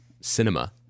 cinema